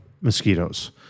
mosquitoes